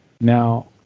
Now